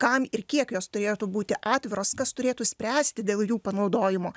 kam ir kiek jos turėtų būti atviros kas turėtų spręsti dėl jų panaudojimo